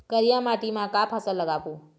करिया माटी म का फसल लगाबो?